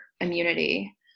immunity